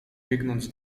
biegnąc